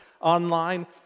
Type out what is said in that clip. Online